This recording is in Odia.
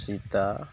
ସୀତା